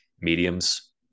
mediums